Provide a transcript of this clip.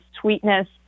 sweetness